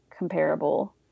comparable